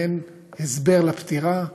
ואין הסבר לפטירה?